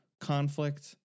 conflict